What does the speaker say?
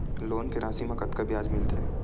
Loan के राशि मा कतका ब्याज मिलथे?